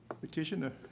petitioner